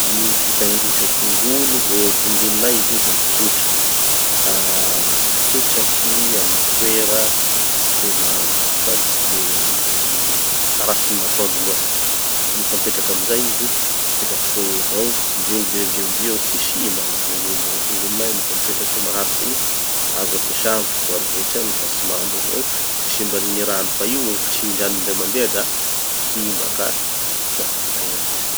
Gny fitahiriza tongolo vo tongolo lay izy io da tsotra. Ah apetraky amy toera tsy de mando sady tsy taratsin'ny masoandro loatsy. Nofa mipetraky amizay izy, mipetraky soa eo avao, ndre ombia ndre ombia io tsy simba gny tongolo igny tongolo lay nofa mipetraky eo maharitsy igny, azo apesa amy fotoa rehetra, nofa tsy mando avao, tsy simban'ny gny rano. Fa io kasihindrano indray mandeha da simba ka tsy afaky tahirizy.